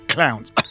Clowns